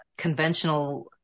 conventional